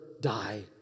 die